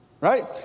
right